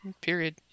period